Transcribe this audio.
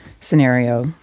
scenario